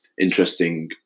interesting